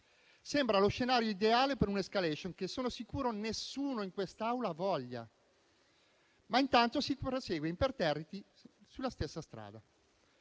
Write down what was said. Sembra lo scenario ideale per un'*escalation* che sono sicuro nessuno in quest'Aula voglia. Intanto, però, si prosegue imperterriti sulla stessa strada.